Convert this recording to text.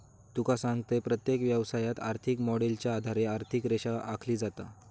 तुका सांगतंय, प्रत्येक व्यवसायात, आर्थिक मॉडेलच्या आधारे आर्थिक रेषा आखली जाता